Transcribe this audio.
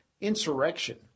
insurrection